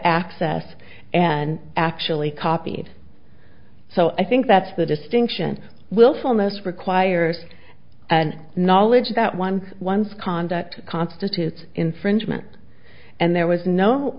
access and actually copied so i think that's the distinction willfulness requires and knowledge that one once conduct constitutes infringement and there was no